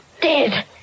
dead